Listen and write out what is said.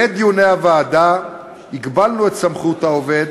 בעת דיוני הוועדה הגבלנו את סמכות העובד,